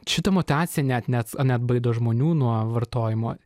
šita mutacija net net neatbaido žmonių nuo vartojimo